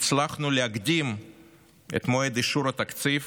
הצלחנו להקדים את מועד אישור התקציב,